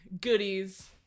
goodies